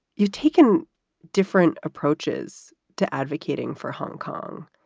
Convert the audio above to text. you've taken different approaches to advocating for hong kong.